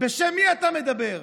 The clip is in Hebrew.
בשם מי אתה מדבר?